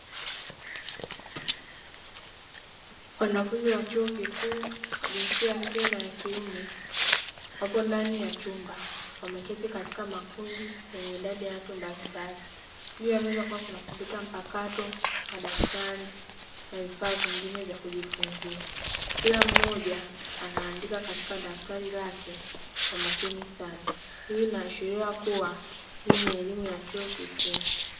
Wanafunzi wa chuo kikuu wa jinsia ya kike na ya kiume wapo ndani ya chumba wameketi katika makundi yenye idadi ya watu mbalimbali, juu ya meza kukiwa na kompyuta mpakato, madaftari na vifaa vingine vya kujifunzia; Kila mmoja anaandika katika daftari lake kwa umakini sana hii inaashiria kuwa hii ni elimu ya chuo kikuu.